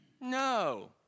No